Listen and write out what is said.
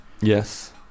Yes